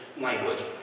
language